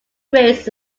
grades